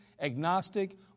agnostic